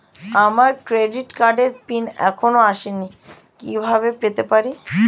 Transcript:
আমার ক্রেডিট কার্ডের পিন এখনো আসেনি কিভাবে পেতে পারি?